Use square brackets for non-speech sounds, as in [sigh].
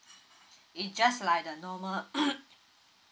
it just like the normal [noise]